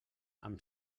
amb